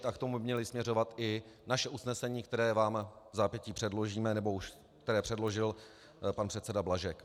A k tomu by mělo směřovat i naše usnesení, které vám vzápětí předložíme, nebo už předložil pan předseda Blažek.